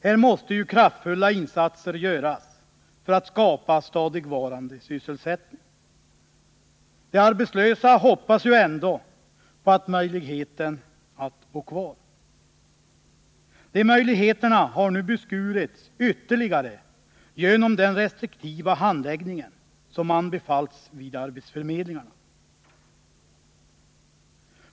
Här måste kraftfulla insatser göras för att skapa stadigvarande sysselsättning. De arbetslösa hoppas ändå få möjlighe ter att bo kvar. Dessa möjligheter har nu beskurits ytterligare genom den restriktiva handläggning som anbefallts vid arbetsförmedlingarna.